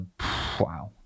wow